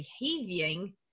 behaving